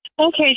Okay